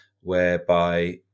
whereby